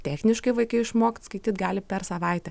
techniškai vaikai išmokt skaityt gali per savaitę